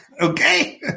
okay